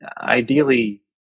ideally